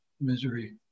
misery